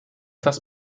das